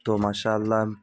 تو ماشاء اللہ